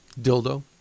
Dildo